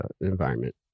environment